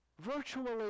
Virtually